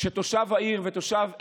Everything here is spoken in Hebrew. שתושב העיר ותושב אילות,